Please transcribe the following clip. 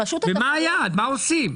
מה היעד ומה עושים?